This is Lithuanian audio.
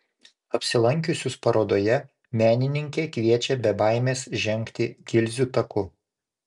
apsilankiusius parodoje menininkė kviečia be baimės žengti gilzių taku